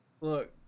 Look